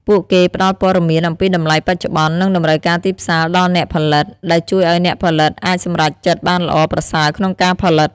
ពួកគេផ្តល់ព័ត៌មានអំពីតម្លៃបច្ចុប្បន្ន និងតម្រូវការទីផ្សារដល់អ្នកផលិត ដែលជួយឱ្យអ្នកផលិតអាចសម្រេចចិត្តបានល្អប្រសើរក្នុងការផលិត។